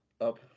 up